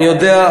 אני יודע.